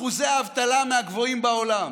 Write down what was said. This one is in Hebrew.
אחוזי האבטלה, מהגרועים בעולם,